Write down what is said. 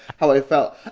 how i felt.